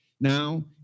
Now